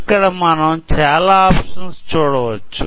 ఇక్కడ మనం చాలా ఆప్షన్స్ చూడవచ్చు